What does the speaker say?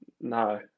no